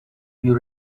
you